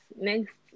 next